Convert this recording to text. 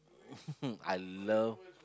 I love